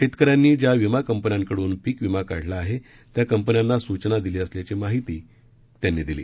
शेतकऱ्यांनी ज्या विमा कंपन्यांकडून पिकविमा काढला आहे त्या कंपन्यांना सूचना दिली असल्याची माहितीही त्यांनी दिली